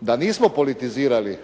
da nismo politizirali